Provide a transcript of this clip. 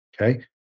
Okay